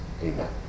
Amen